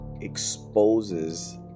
exposes